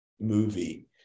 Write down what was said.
movie